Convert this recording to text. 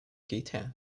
kitty